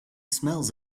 smells